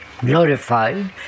glorified